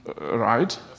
Right